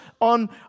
on